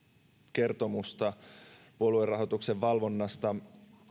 kertomusta puoluerahoituksen valvonnasta